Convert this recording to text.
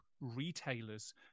retailers